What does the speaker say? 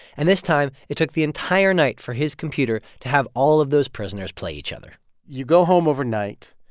and this time, it took the entire night for his computer to have all of those prisoners play each other you go home overnight,